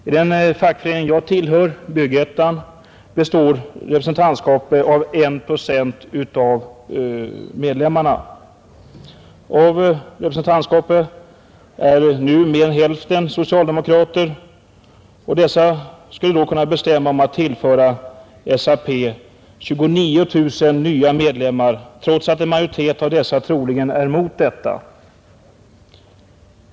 I den fackförening jag tillhör, Byggettan, består representantskapet av 1 procent av medlemmarna. Av representantskapets ledamöter är nu mer än hälften socialdemokrater, och dessa skulle då kunna bestämma att tillföra SAP 29 000 nya medlemmar, trots att en majoritet av medlemmarna troligen är emot en sådan anslutning.